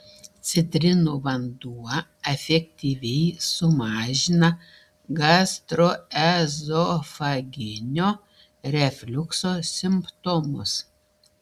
citrinų vanduo efektyviai sumažina gastroezofaginio refliukso simptomus